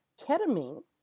ketamine